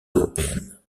européennes